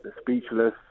speechless